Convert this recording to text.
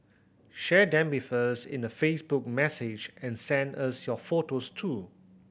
share them with us in a Facebook message and send us your photos too